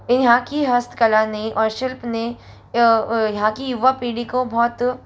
यहाँ की हस्तकला ने और शिल्प ने यहाँ की युवा पीढ़ी को बहुत